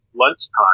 lunchtime